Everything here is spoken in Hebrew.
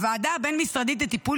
הוועדה הבין-משרדית לטיפול